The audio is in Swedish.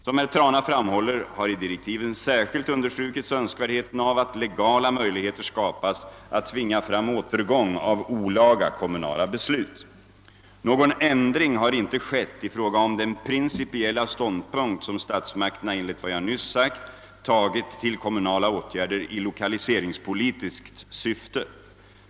Som herr Trana framhåller har i direktiven särskilt understrukits önskvärdheten av att legala möjligheter skapas att tvinga fram återgång av olaga kommunala beslut. Någon ändring har inte skett i fråga om den principiella ståndpunkt som statsmakterna enligt vad jag nyss sagt tagit till kommunala åtgärder i lokaliseringspolitiskt syfte.